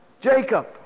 Jacob